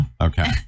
Okay